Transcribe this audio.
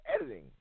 editing